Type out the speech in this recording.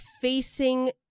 facing